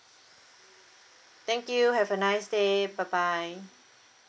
thank you have a nice day bye bye